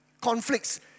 conflicts